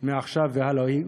מעכשיו והלאה,